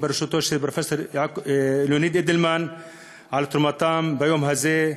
בראשותו של פרופסור ליאוניד אידלמן על תרומתה ביום הזה,